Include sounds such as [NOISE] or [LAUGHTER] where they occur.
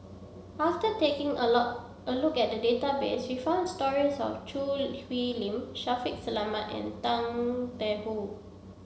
after taking a [UNINTELLIGIBLE] a look at the database we found stories of Choo Hwee Lim Shaffiq Selamat and Tang Da Wu